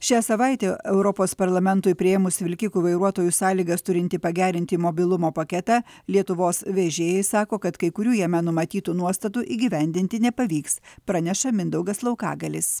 šią savaitę europos parlamentui priėmus vilkikų vairuotojų sąlygas turintį pagerinti mobilumo paketą lietuvos vežėjai sako kad kai kurių jame numatytų nuostatų įgyvendinti nepavyks praneša mindaugas laukagalis